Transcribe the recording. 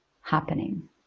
happening